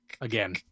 again